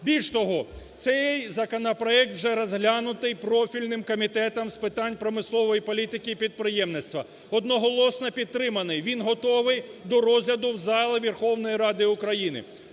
Більш того, цей законопроект вже розглянутий профільним Комітетом з питань промислової політики і підприємництва. Одноголосно підтриманий. Він готовий до розгляду в залі Верховної Ради України.